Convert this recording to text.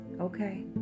okay